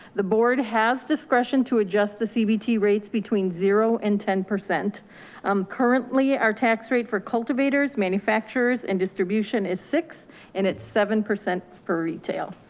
the board has discretion to adjust the cbt rates between zero and ten. um currently, our tax rate for cultivators, manufacturers and distribution is six and it's seven percent for retail.